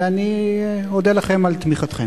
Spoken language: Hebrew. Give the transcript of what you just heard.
ואני אודה לכם על תמיכתכם.